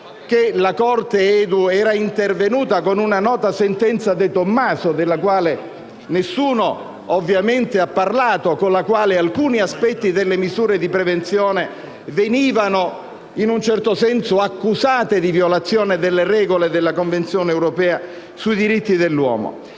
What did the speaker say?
dell'uomo era intervenuta con la nota sentenza De Tommaso (della quale ovviamente nessuno ha parlato), con la quale alcuni aspetti delle misure di prevenzione venivano in un certo senso accusate di violazione delle regole della Convenzione europea dei diritti dell'uomo.